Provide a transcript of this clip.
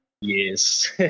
Yes